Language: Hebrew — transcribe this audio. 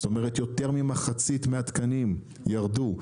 זאת אומרת, יותר ממחצית מהתקנים ירדו.